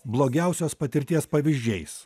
blogiausios patirties pavyzdžiais